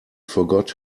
forgot